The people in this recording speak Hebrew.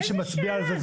מי שמצביע על זה,